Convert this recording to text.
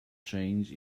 change